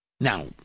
Now